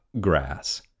grass